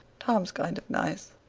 tom's kind of nice.